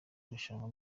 rushanwa